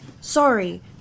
sorry